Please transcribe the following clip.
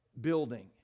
building